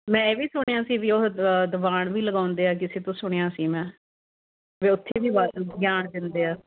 ਮੈਂ ਇਹ ਵੀ ਸੁਣਿਆ ਸੀ ਵੀ ਉਹ ਦੀਵਾਨ ਵੀ ਲਗਾਉਂਦੇ ਹੈ ਕਿਸੇ ਤੋਂ ਸੁਣਿਆ ਸੀ ਮੈਂ ਵੀ ਓੱਥੇ ਵੀ ਵਾਧੂ ਗਿਆਨ ਦਿੰਦੇ ਆ